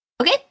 Okay